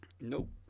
Nope